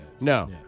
No